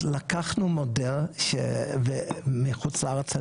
אז לקחנו מודל מחוץ לארץ,